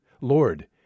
Lord